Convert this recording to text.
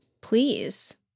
Please